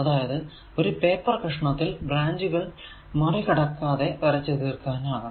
അതായതു ഒരു പേപ്പർ കഷണത്തിൽ ബ്രാഞ്ചുകൾ മറികടക്കാതെ വരച്ചു തീർക്കാനാകാണം